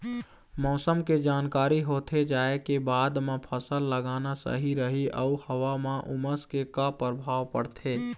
मौसम के जानकारी होथे जाए के बाद मा फसल लगाना सही रही अऊ हवा मा उमस के का परभाव पड़थे?